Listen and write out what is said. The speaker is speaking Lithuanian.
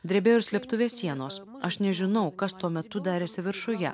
drebėjo ir slėptuvės sienos aš nežinau kas tuo metu darėsi viršuje